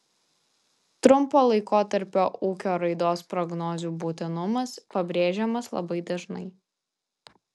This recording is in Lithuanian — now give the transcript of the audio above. trumpo laikotarpio ūkio raidos prognozių būtinumas pabrėžiamas labai dažnai